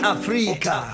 Africa